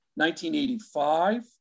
1985